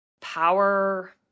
Power